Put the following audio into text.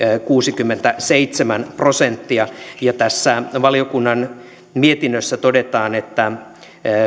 kuusikymmentäseitsemän prosenttia tässä valiokunnan mietinnössä todetaan että